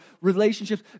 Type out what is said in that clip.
relationships